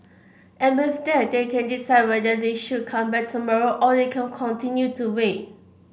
and with that they can decide whether they should come back tomorrow or they can continue to wait